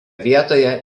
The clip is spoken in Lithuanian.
vietoje